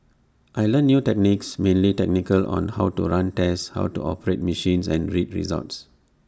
I learnt new techniques mainly technical on how to run tests how to operate machines and read results